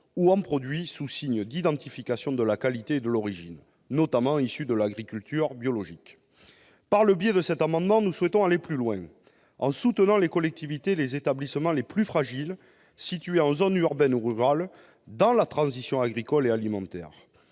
ou en produits sous signes d'identification de la qualité et de l'origine, notamment issus de l'agriculture biologique. Par le biais de cet amendement, nous souhaitons aller plus loin en soutenant les collectivités et les établissements les plus fragiles situés en zone urbaine ou rurale dans la transition agricole et alimentaire.